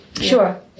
Sure